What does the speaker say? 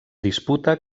disputa